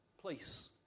place